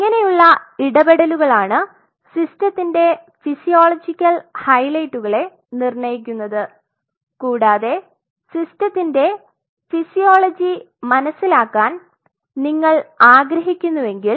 ഇങ്ങനെയുള്ള ഇടപെടലുകളാണ് സിസ്റ്റത്തിന്റെ ഫിസിയോളോജിക്കൽ ഹൈലൈറ്റുകളെ നിർണയിക്കുന്നത് കൂടാതെ സിസ്റ്റത്തിന്റെ ഫിസിയോളജി മനസിലാക്കാൻ നിങ്ങൾ ആഗ്രഹിക്കുന്നുവെങ്കിൽ